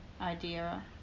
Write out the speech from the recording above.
idea